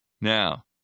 Now